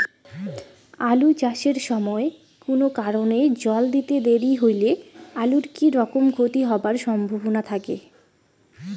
আলু চাষ এর সময় কুনো কারণে জল দিতে দেরি হইলে আলুর কি রকম ক্ষতি হবার সম্ভবনা থাকে?